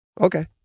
okay